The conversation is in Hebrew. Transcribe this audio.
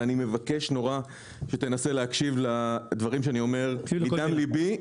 ואני נורא מבקש: תנסה להקשיב לדברים שאני אומר מדם ליבי,